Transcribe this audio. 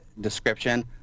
description